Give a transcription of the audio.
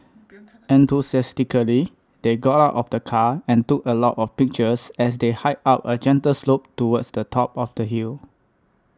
enthusiastically they got out of the car and took a lot of pictures as they hiked up a gentle slope towards the top of the hill